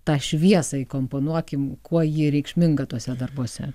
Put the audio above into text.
tą šviesą įkomponuokim kuo ji reikšminga tuose darbuose